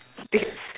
if